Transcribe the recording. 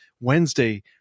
Wednesday –